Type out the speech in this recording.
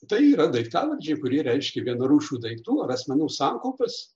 tai yra daiktavardžiai kurie reiškia vienarūšių daiktų ar asmenų sankaupas